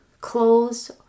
clothes